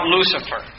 Lucifer